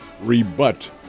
rebut